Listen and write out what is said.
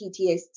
PTSD